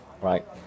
right